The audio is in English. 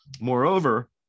moreover